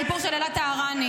הסיפור של אלעד טהרני.